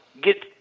get